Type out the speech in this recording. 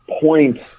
points